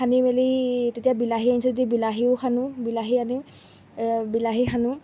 সানি মেলি তেতিয়া বিলাহী আনিছে যদি বিলাহীও সানোঁ বিলাহী আনি বিলাহী খানো